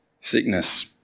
Sickness